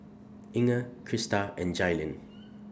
Inger Krysta and Jailyn